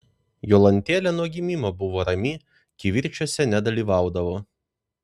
jolantėlė nuo gimimo buvo rami kivirčuose nedalyvaudavo